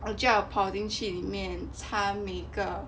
我就要跑进去里面擦每个